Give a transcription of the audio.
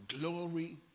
glory